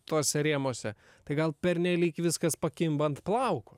tuose rėmuose tai gal pernelyg viskas pakimba ant plauko